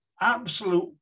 absolute